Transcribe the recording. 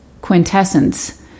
quintessence